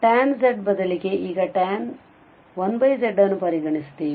tan z ಬದಲಿಗೆ ಈಗ tan 1z ಅನ್ನು ಪರಿಗಣಿಸುತ್ತೇವೆ